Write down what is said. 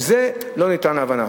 זה לא ניתן להבנה.